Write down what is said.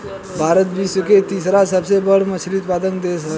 भारत विश्व के तीसरा सबसे बड़ मछली उत्पादक देश ह